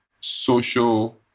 social